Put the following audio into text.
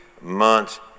months